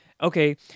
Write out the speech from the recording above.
okay